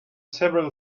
several